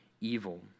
evil